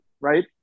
right